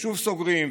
ושוב סוגרים,